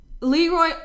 Leroy